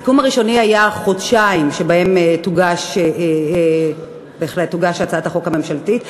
הסיכום הראשוני היה על חודשיים שבהם תוגש הצעת החוק הממשלתית.